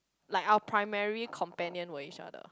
like our primary companion were each other